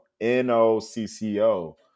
N-O-C-C-O